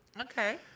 Okay